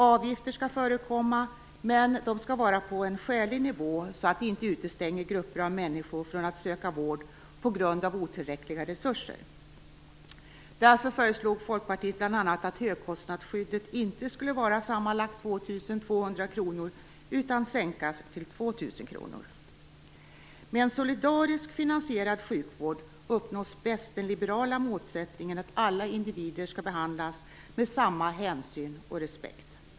Avgifter skall förekomma, men det skall vara på en skälig nivå så att de inte utestänger grupper av människor från att söka vård på grund av otillräckliga resurser. Därför föreslog Folkpartiet bl.a. att högkostnadsskyddet inte skulle vara sammanlagt 2 200 kr utan sänkas till 2 000 kr. Med en solidariskt finansierad sjukvård uppnås bäst den liberala målsättningen att alla individer skall behandlas med samma hänsyn och respekt.